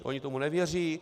Oni tomu nevěří.